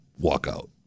walkout